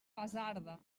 basarda